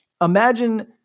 imagine-